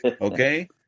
Okay